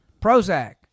Prozac